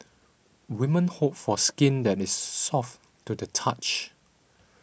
women hope for skin that is soft to the touch